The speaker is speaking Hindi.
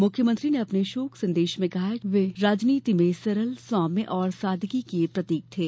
मुख्यमंत्री ने अपने शोक संदेश में कहा कि श्री फर्नान्डिस राजनीति में सरल सोम्य और सादगी के प्रतीक थे